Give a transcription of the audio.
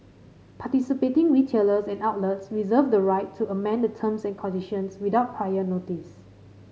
participating retailers and outlets reserve the right to amend the terms and conditions without prior notice